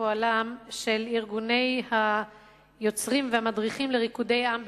פועלו של ארגון המדריכים והיוצרים לריקודי עם בישראל.